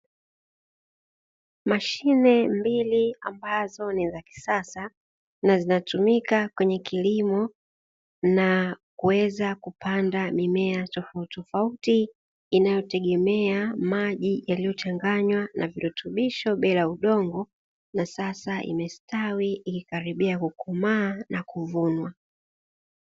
Mashine mbili ambazo ni za kisasa na zinatumika kwenye kilimo, na kuweza kupanda mimea tofautitofauti inayotegemea maji yaliyochanganywa na virutubisho bila udongo, na sasa imestawi ikikaribia kukomaa na kuvunwa.